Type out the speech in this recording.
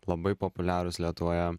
labai populiarūs lietuvoje